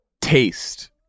taste